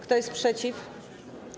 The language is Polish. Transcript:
Kto jest przeciw?